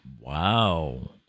Wow